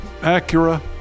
Acura